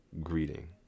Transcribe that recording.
greeting